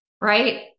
Right